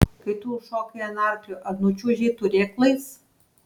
kai tu užšokai ant arklio ar nučiuožei turėklais